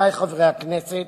רבותי חברי הכנסת,